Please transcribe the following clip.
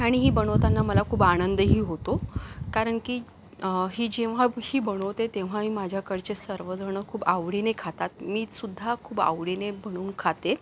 आणि ही बनवताना मला खूप आनंदही होतो कारण की ही जेव्हा ही बनवते तेव्हाही माझ्याकडचे सर्वजण खूप आवडीने खातात मी सुद्धा खूप आवडीने बनवून खाते